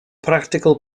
practical